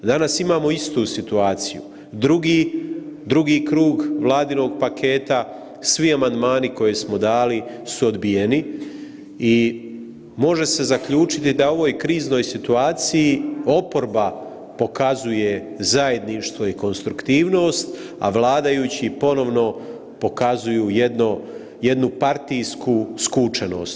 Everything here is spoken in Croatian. Danas imamo istu situaciju, drugi, drugi krug Vladinog paketa, svi amandmani koje smo dali su odbijeni i može se zaključiti da u ovoj kriznoj situaciji oporba pokazuje zajedništvo i konstruktivnost, a vladajući ponovo pokazuju jednu partijsku skučenost.